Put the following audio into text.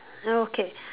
okay